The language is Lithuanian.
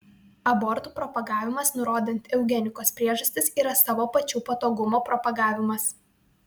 abortų propagavimas nurodant eugenikos priežastis yra savo pačių patogumo propagavimas